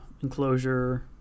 enclosure